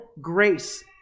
grace